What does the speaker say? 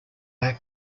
our